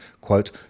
quote